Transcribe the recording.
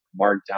Markdown